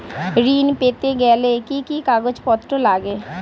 ঋণ পেতে গেলে কি কি কাগজপত্র লাগে?